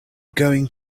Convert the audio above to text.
going